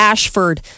Ashford